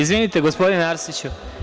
Izvinite gospodine Arsiću.